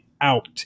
out